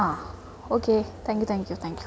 ആ okay thank you thank you thank you